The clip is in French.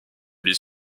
lit